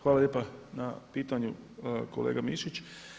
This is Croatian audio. Hvala lijepa na pitanju kolega Mišić.